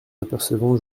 apercevant